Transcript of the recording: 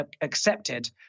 accepted